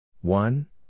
One